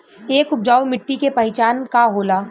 एक उपजाऊ मिट्टी के पहचान का होला?